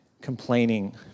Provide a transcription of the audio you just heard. complaining